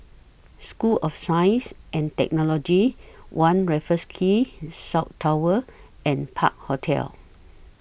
School of Science and Technology one Raffles Quay South Tower and Park Hotel